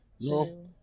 No